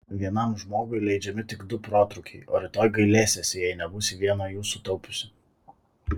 vienam žmogui leidžiami tik du protrūkiai o rytoj gailėsiesi jei nebūsi vieno jų sutaupiusi